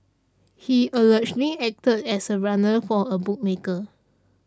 he allegedly acted as a runner for a bookmaker